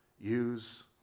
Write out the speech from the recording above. use